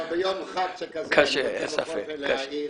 אבל ביום חג שכזה אני רוצה לבוא ולהעיר